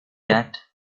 that